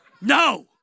No